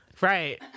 right